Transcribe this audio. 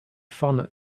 fun